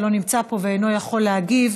שלא נמצא פה ואינו יכול להגיב.